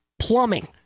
plumbing